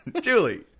Julie